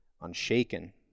unshaken